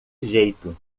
jeito